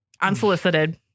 unsolicited